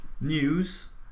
news